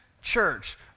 church